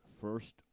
first